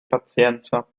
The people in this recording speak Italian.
pazienza